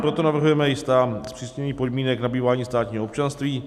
Proto navrhujeme jistá zpřísnění podmínek nabývání státního občanství.